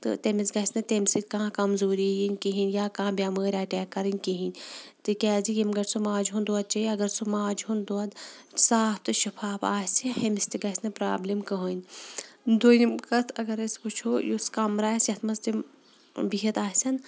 تہٕ تٔمِس گژھِ نہٕ تیٚمہِ سۭتۍ کانٛہہ کَمزوٗری یِنۍ کِہیٖنۍ یا کانٛہہ بٮ۪مٲرۍ اَٹیک کَرٕنۍ کِہیٖنۍ تِکیٛازِ ییٚمہِ گَڈِ سُہ ماجہِ ہُنٛد دۄد چیٚیہِ اگر سُہ ماجہِ ہُنٛد دۄد صاف تہٕ شِفاف آسہِ ہُمِس تہِ گژھِ نہٕ پرٛابلِم کٕہٕنۍ دوٚیِم کَتھ اگر أسۍ وٕچھو یُس کَمرٕ آسہِ یَتھ منٛز تِم بِہِتھ آسن